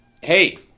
hey